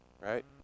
right